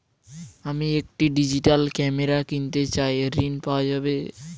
আমি একটি digital camera কিনতে চাই ঝণ পাওয়া যাবে?